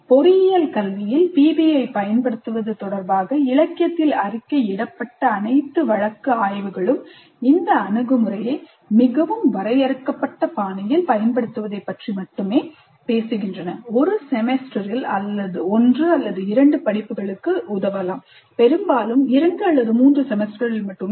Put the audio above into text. பொறியியல் கல்வியில் PBI பயன்படுத்துவது தொடர்பாக இலக்கியத்தில் அறிக்கையிடப்பட்ட அனைத்து வழக்கு ஆய்வுகளும் இந்த அணுகுமுறையை மிகவும் வரையறுக்கப்பட்ட பாணியில் பயன்படுத்துவதைப் பற்றி மட்டுமே பேசுகின்றன ஒரு செமஸ்டரில் ஒன்று அல்லது இரண்டு படிப்புகளுக்கு உதவலாம் பெரும்பாலும் இரண்டு அல்லது மூன்று செமஸ்டர்களில் மட்டுமே